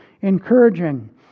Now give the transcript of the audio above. encouraging